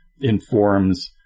informs